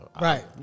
Right